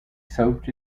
soaked